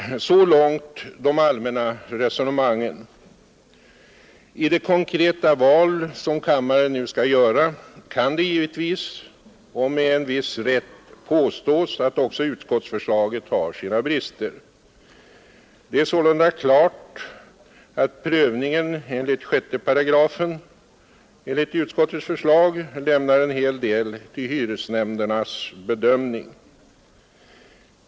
Så långt de allmänna resonemangen. I det konkreta val som kammaren nu skall göra kan det givetvis — och med viss rätt — påstås att också utskottsförslaget har sina brister. Det är sålunda klart att prövningen enligt 6 § i utskottets lagförslag lämnar en hel del till hyresnämndernas bedömning.